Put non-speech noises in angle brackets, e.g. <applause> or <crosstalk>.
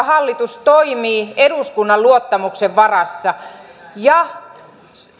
<unintelligible> hallitus toimii eduskunnan luottamuksen varassa ja